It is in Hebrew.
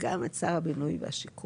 גם את שר הבינוי והשיכון.